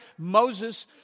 Moses